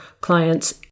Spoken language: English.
clients